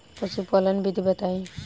पशुपालन विधि बताई?